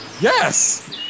Yes